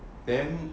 then